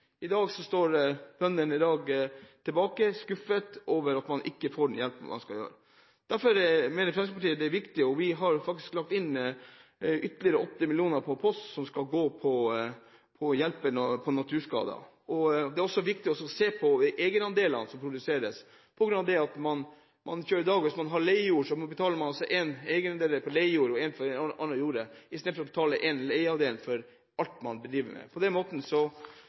I dag står bøndene tilbake, skuffet over at man ikke får den hjelpen man var lovet. Dette mener Fremskrittspartiet er viktig, og vi har derfor lagt inn ytterligere 8 mill. kr på en post i budsjettet, som skal gå til å hjelpe bønder ved naturskader. Det er også viktig å se på egenandelene fordi hvis man i dag har leiejord, betaler man en egenandel på leiejord og en egenandel på annen jord, i stedet for å betale én egenandel for all jorda man driver. På den måten